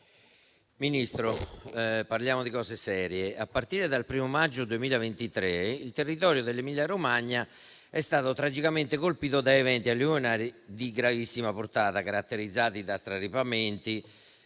Ministro, parliamo di cose serie. A partire dal primo maggio 2023, il territorio dell'Emilia-Romagna è stato tragicamente colpito da eventi alluvionali di gravissima portata, caratterizzati da straripamenti,